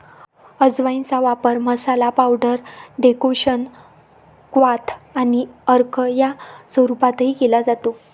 अजवाइनचा वापर masala, powder, decoction, क्वाथ आणि अर्क या स्वरूपातही केला जातो